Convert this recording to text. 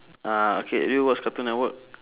uh okay do you watch cartoon network